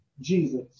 Jesus